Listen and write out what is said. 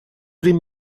den